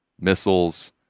missiles